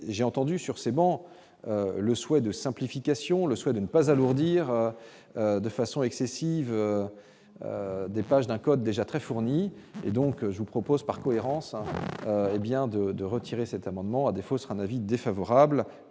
j'ai entendu sur ces bancs, le souhait de simplification, le souhait d'une. Pas alourdir de façon excessive des pages d'un. Déjà très fourni et donc je vous propose, par cohérence, hé bien de de retirer cet amendement à défaut sera ma vie défavorable